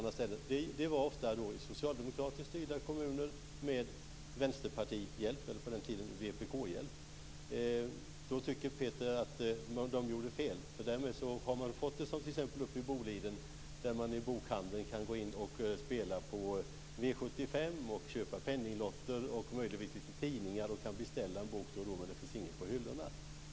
Det skedde ofta i socialdemokratiskt styrda kommuner, med hjälp av dåvarande vpk. Peter Pedersen tycker att man då gjorde fel. Det har t.ex. i Boliden blivit så att man i bokhandeln kan gå in och spela på V 75, köpa penninglotter och möjligtvis några tidningar. Man kan beställa en bok, men det finns inga på hyllorna.